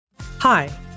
hi